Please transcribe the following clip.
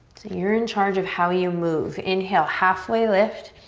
you're in charge of how you move. inhale, halfway lift.